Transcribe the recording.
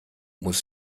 muss